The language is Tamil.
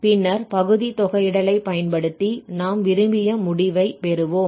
பின்னர் பகுதி தொகையிடலை பயன்படுத்தி நாம் விரும்பிய முடிவைப் பெறுவோம்